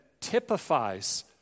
typifies